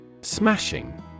Smashing